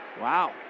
Wow